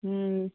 ಹ್ಞೂ